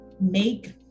Make